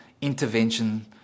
intervention